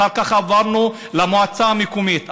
אחר כך עברנו למועצה המקומית.